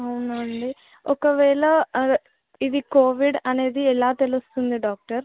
అవునా అండి ఒకవేళ అదే ఇది కోవిడ్ అనేది ఎలా తెలుస్తుంది డాక్టర్